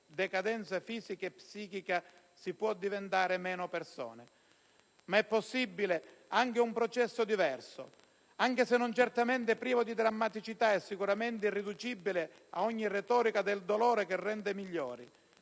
decadenza fisica e psichica, si può diventare meno persone. Ma è possibile anche un processo diverso, sebbene certamente non privo di drammaticità e sicuramente irriducibile ad ogni retorica del dolore che rende migliori.